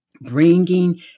Bringing